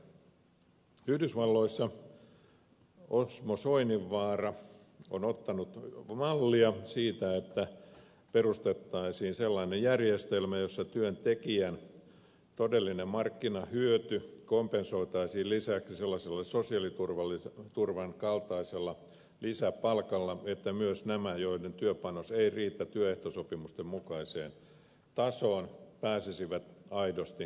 yhdysvalloista osmo soininvaara on ottanut mallia siitä että perustettaisiin sellainen järjestelmä jossa työntekijän todellinen markkinahyöty kompensoitaisiin lisäksi sellaisella sosiaaliturvan kaltaisella lisäpalkalla että myös nämä joiden työpanos ei riitä työehtosopimusten mukaiseen tasoon pääsisivät aidosti pysyvästi työmarkkinoille